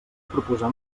proposar